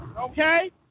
Okay